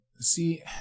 See